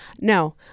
No